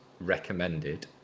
recommended